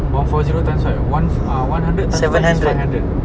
one four zero times five one ah one hundred times five is five hundred